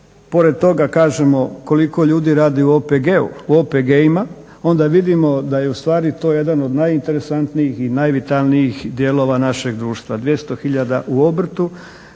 pored toga kažemo koliko ljudi radi u OPG-u, u OPG-ima, onda vidimo da je ustvari to jedan od najinteresantnijih i najvitalnijih dijelova našeg društva. 200 hiljada u obrtu,